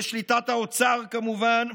בשליטת האוצר כמובן,